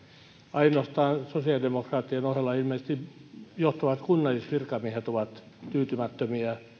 ainoastaan sosiaalidemokraattien ohella ilmeisesti johtavat kunnallisvirkamiehet ovat tyytymättömiä